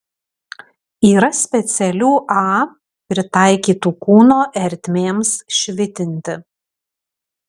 yra specialių a pritaikytų kūno ertmėms švitinti